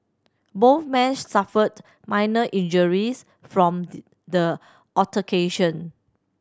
both men suffered minor injuries from the altercation